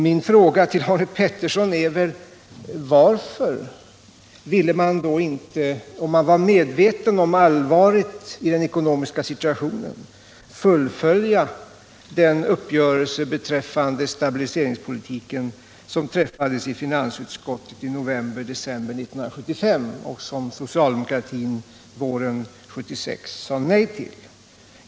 Min fråga till Arne Pettersson är därför: Om man var medveten om allvaret i den ekonomiska situationen, varför ville man då inte fullfölja den uppgörelse om stabiliseringspolitiken som träffades i finansutskottet i november-december 1975 och som socialdemokratin våren 1976 sade nej till?